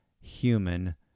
human